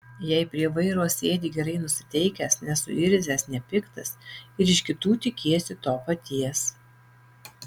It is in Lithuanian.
jei prie vairo sėdi gerai nusiteikęs nesuirzęs nepiktas ir iš kitų tikiesi to paties